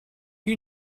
you